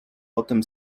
potem